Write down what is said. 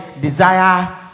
desire